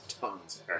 Tons